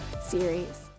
series